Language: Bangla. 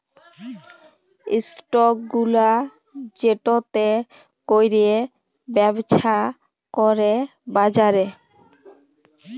ইস্টক গুলা যেটতে ক্যইরে ব্যবছা ক্যরে বাজারে